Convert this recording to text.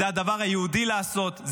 זה הדבר היהודי לעשות,